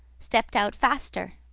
stepped out faster.